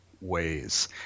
ways